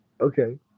Okay